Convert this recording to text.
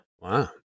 wow